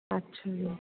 ਅੱਛਾ ਜੀ